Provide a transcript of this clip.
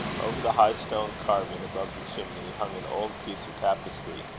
over the high stone carving above the chimney hung an old piece of tapestry,